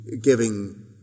giving